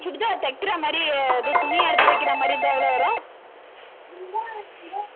சுடிதார் தைக்கிறா மாதிரி இது துணியா தைக்கிறா மாதிரி இருந்தா எவ்வளோ வரும்